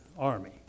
army